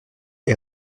est